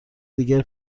دیگر